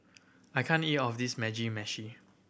I can't eat all of this Mugi Meshi